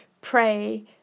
pray